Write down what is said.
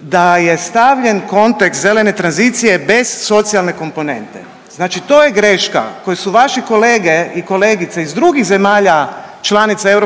da je stavljen kontekst zelene tranzicije bez socijalne komponente. Znači to je greška koju su vaši kolege i kolegice iz drugih zemalja članica EU